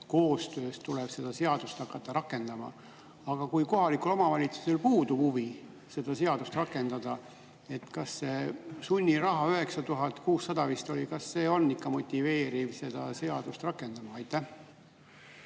koostöös tuleb seda seadust hakata rakendama. Aga kui kohalikul omavalitsusel puudub huvi seda seadust rakendada? Kas see sunniraha, 9600 [eurot] vist oli, on ikka motiveeriv seda seadust rakendama? Aitäh,